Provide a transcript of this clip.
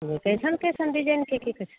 कइसन कइसन डिजाइनके की कहै छै